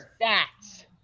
stats